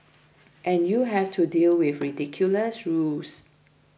and you have to deal with ridiculous rules